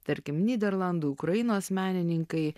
tarkim nyderlandų ukrainos menininkai